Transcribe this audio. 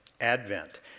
Advent